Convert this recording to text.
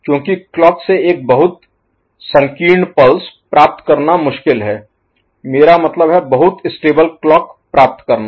क्योंकि क्लॉक से एक बहुत संकीर्ण पल्स प्राप्त करना मुश्किल है मेरा मतलब है बहुत स्टेबल क्लॉक प्राप्त करना